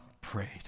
prayed